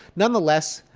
nonetheless,